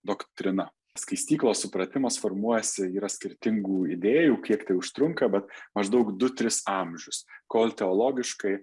doktrina skaistyklos supratimas formuojasi yra skirtingų idėjų kiek tai užtrunka bet maždaug du tris amžius kol teologiškai